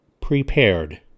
prepared